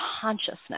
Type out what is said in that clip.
consciousness